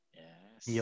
yes